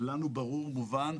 לנו ברור ומובן,